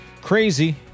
crazy